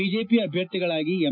BJP ಅಭ್ಯರ್ಥಿಗಳಾಗಿ M